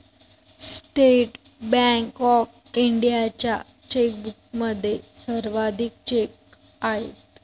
state Bank of इंडियाच्या चेकबुकमध्ये सर्वाधिक चेक आहेत